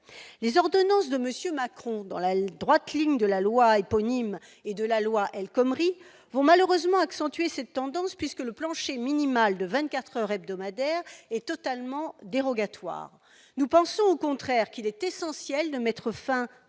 Les ordonnances de M. Macron, dans la droite ligne de la loi éponyme et de la loi El Khomri, vont malheureusement accentuer cette tendance, puisque le plancher minimal de vingt-quatre heures hebdomadaires est totalement dérogatoire. Nous pensons au contraire qu'il est essentiel de mettre fin